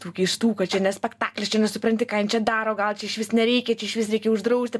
tų keistų kad čia ne spektaklis čia nesupranti ką jin čia daro gal čia išvis nereikia čia išvis reikia uždrausti